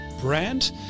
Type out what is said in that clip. brand